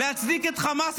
להצדיק את חמאס,